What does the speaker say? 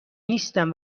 نیستن